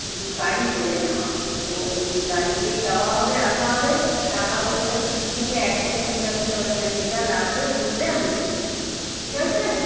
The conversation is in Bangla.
গাড়ি করে নেওয়া ও ওই গাড়িতেই যাওয়া হবে আসা হবে টাকাপয়সার দিক থেকে একদম চিন্তা করতে হবে না যেটা লাগবে বলবে আমি দেব ঠিক আছে